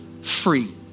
free